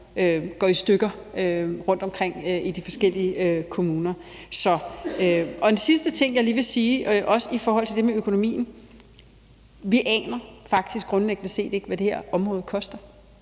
går i stykker rundt omkring i de forskellige kommuner. En sidste ting, jeg lige vil sige, også i forhold til det med økonomien, handler om, at vi grundlæggende set faktisk ikke aner, hvad det her område koster,